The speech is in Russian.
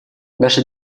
наша